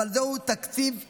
אבל זהו תקציב אחראי.